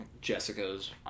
Jessica's